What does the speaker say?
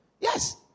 Yes